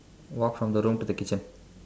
walk from the room to the kitchen